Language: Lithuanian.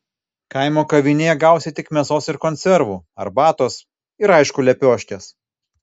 kaimo kavinėje gausi tik mėsos ir konservų arbatos ir aišku lepioškės